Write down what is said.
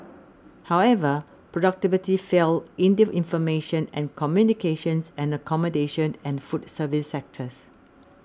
however productivity fell in the information and communications and accommodation and food services sectors